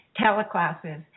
teleclasses